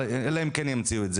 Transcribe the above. אלא אם כן ימציאו את זה.